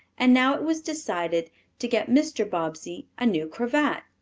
and now it was decided to get mr. bobbsey a new cravat,